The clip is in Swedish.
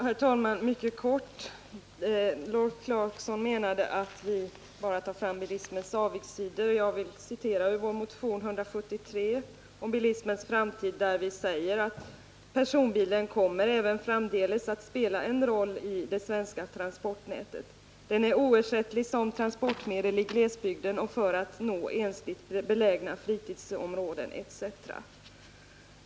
Herr talman! Ett mycket kort inlägg. Rolf Clarkson menade att vi bara tar fram bilismens avigsidor. Jag vill då citera ur vår motion 173 om bilismens framtid, där vi bl.a. säger: ”Personbilen kommer även framdeles att spela en roll i det svenska transportnätet. Den är oersättlig som transportmedel i glesbygden och för att nå ensligt belägna fritidsområden etc.